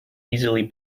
easily